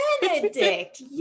Benedict